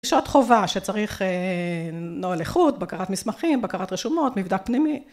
יש עוד חובה שצריך נוהל איכות, בקרת מסמכים, בקרת רשומות, מבדק פנימי.